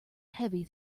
heavy